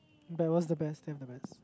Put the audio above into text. but it was the best damn the best